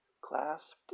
clasped